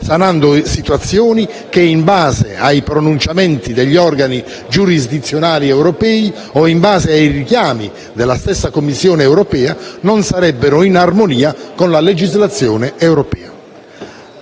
sanando situazioni che, in base ai pronunciamenti degli organi giurisdizionali europei o ai richiami della stessa Commissione europea, non sarebbero in armonia con la legislazione europea.